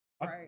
Right